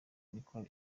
niko